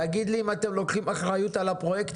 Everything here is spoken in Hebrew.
תגיד לי אם אתם לוקחים אחריות על הפרויקט